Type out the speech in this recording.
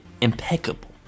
impeccable